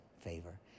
favor